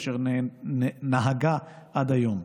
אשר נהגה עד היום.